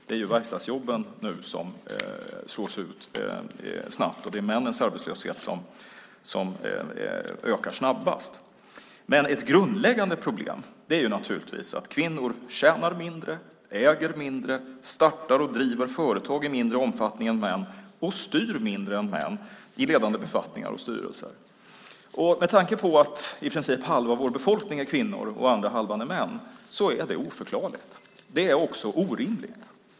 Det är verkstadsjobben som nu slås ut snabbt, och det är männens arbetslöshet som ökar snabbast. Ett grundläggande problem är naturligtvis att kvinnor tjänar mindre, äger mindre, startar och driver företag i mindre omfattning än män och styr mindre än män i ledande befattningar och styrelser. Med tanke på att i princip halva vår befolkning är kvinnor och andra halvan är män är det oförklarligt. Det är också orimligt.